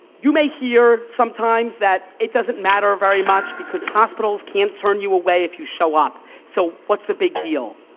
you may hear sometimes that it doesn't matter very much because hospitals can't turn you away if you show up, so what's the big deal?